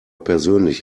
persönlich